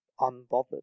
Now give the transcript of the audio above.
unbothered